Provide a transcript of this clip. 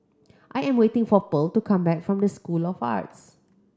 I am waiting for Pearl to come back from the School of Arts